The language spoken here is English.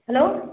hello